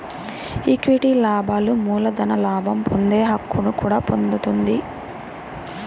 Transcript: equity లాభాలు మూలధన లాభం పొందే హక్కును కూడా పొందుతుంది